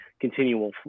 continual